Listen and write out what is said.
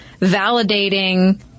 validating